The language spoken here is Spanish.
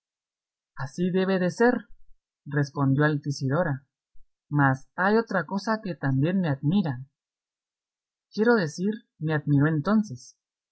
así debe de ser respondió altisidora mas hay otra cosa que también me admira quiero decir me admiró entonces